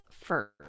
first